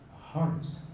hearts